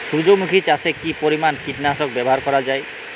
সূর্যমুখি চাষে কি পরিমান কীটনাশক ব্যবহার করা যায়?